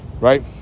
right